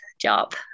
job